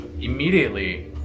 immediately